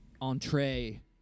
entree